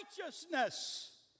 righteousness